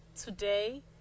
today